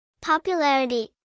Popularity